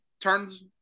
turns